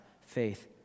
faith